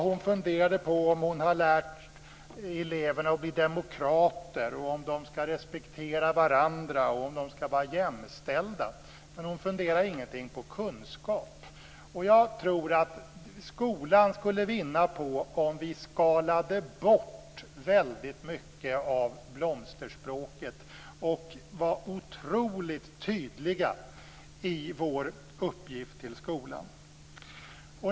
Hon funderade på om hon har lärt eleverna att bli demokrater, om de skall respektera varandra och om de skall vara jämställda. Men hon funderade ingenting på kunskap. Jag tror att skolan skulle vinna på om vi skalade bort väldigt mycket av blomsterspråket och var otroligt tydliga i vår uppgift till skolan.